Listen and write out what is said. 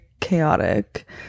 chaotic